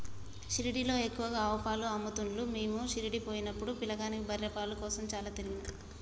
షిరిడీలో ఎక్కువగా ఆవు పాలే అమ్ముతున్లు మీము షిరిడీ పోయినపుడు పిలగాని బర్రె పాల కోసం చాల తిరిగినం